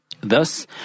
Thus